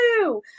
woo